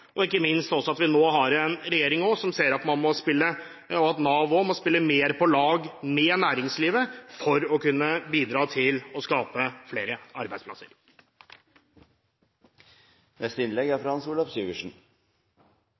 og ikke minst at vi nå har en regjering som ser at Nav også må spille mer på lag med næringslivet for å kunne bidra til å skape flere arbeidsplasser.